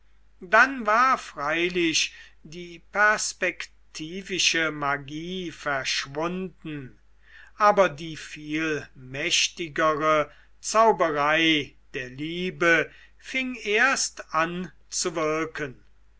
dann war freilich die perspektivische magie verschwunden aber die viel mächtigere zauberei der liebe fing erst an zu wirken